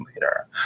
later